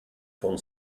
von